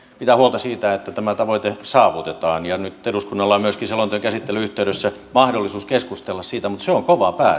pitää huolta siitä että tämä tavoite saavutetaan nyt eduskunnalla on myöskin selonteon käsittelyn yhteydessä mahdollisuus keskustella mutta se on kova päätös